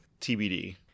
TBD